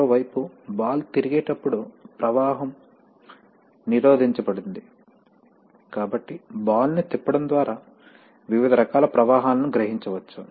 మరోవైపు బాల్ తిరిగేటప్పుడు ప్రవాహం నిరోధించబడింది కాబట్టి బాల్ ని తిప్పడం ద్వారా వివిధ రకాల ప్రవాహాలను గ్రహించవచ్చు